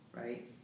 Right